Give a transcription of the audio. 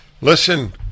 Listen